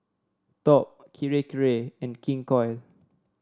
Top Kirei Kirei and King Koil